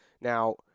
Now